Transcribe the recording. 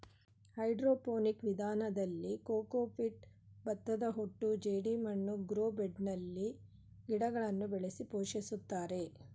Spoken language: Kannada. ಹೈಡ್ರೋಪೋನಿಕ್ ವಿಧಾನದಲ್ಲಿ ಕೋಕೋಪೀಟ್, ಭತ್ತದಹೊಟ್ಟು ಜೆಡಿಮಣ್ಣು ಗ್ರೋ ಬೆಡ್ನಲ್ಲಿ ಗಿಡಗಳನ್ನು ಬೆಳೆಸಿ ಪೋಷಿಸುತ್ತಾರೆ